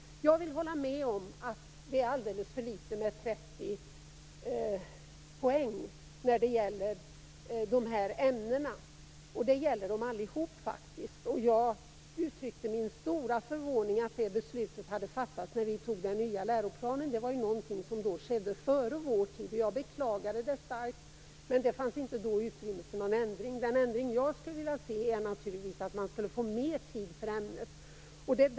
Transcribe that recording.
Jag vill hålla med om att det är alldeles för litet med 30 poäng för obligatoriska kärnämnen. Det gäller dem allihop. Jag uttryckte min stora förvåning över det beslutet när vi antog den nya läroplanen. Det skedde före vår tid. Jag beklagade det starkt, men det fanns då inget utrymme för en ändring. Jag skulle naturligtvis vilja se att ämnet fick mer tid.